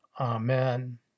Amen